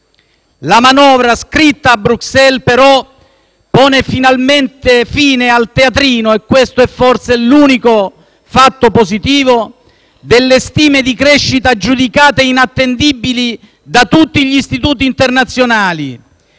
La manovra scritta a Bruxelles, però, pone fine al teatrino - e questo forse è l'unico fatto positivo - delle stime di crescita giudicate inattendibili da tutti gli istituti internazionali